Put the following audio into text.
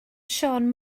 siôn